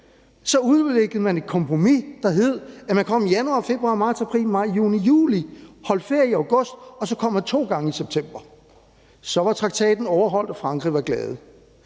Så udviklede man et kompromis, der gik ud på, at man kom i januar, februar, marts, april, maj, juni og juli, holdt ferie i august, og så kom man to gange i september. Så var traktaten overholdt og Frankrig var glade.